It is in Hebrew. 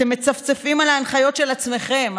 אתם מצפצפים על ההנחיות של עצמכם,